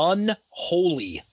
Unholy